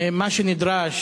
מה שנדרש,